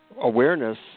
awareness